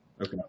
Okay